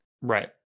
Right